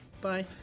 Bye